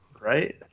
Right